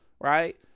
right